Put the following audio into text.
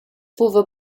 fuva